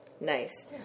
Nice